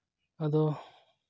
ᱟᱫᱚ